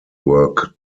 work